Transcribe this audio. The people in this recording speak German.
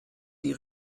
die